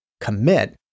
commit